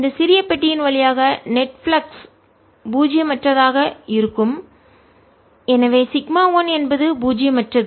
இந்த சிறிய பெட்டியின் வழியாக நெட் பிளக்ஸ் நிகர பாய்வு பூஜ்ஜியமற்ற தாக இருக்கும் எனவே σ 1 என்பது பூஜ்ஜியமற்றது